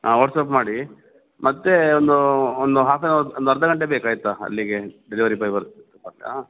ಹಾಂ ವಾಟ್ಸ್ಆ್ಯಪ್ ಮಾಡಿ ಮತ್ತು ಒಂದು ಒಂದು ಹಾಫ್ ಎನ್ ಅವರ್ ಒಂದು ಅರ್ಧ ಗಂಟೆ ಬೇಕು ಆಯಿತಾ ಅಲ್ಲಿಗೆ ಡೆಲಿವರಿ ಬಾಯ್ ಬರ್ ಹಾಂ